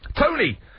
Tony